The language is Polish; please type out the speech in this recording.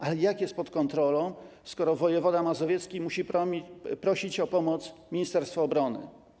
Ale jak jest pod kontrolą, skoro wojewoda mazowiecki musi prosić o pomoc ministerstwo obrony?